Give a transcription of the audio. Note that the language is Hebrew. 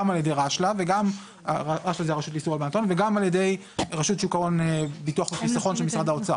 גם על ידי רשל"א וגם על ידי רשות שוק ההון ביטוח וחיסכון של משרד האוצר.